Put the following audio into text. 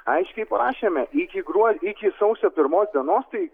aiškiai parašėme iki gruodžio iki sausio pirmos dienos tai